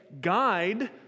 guide